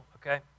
okay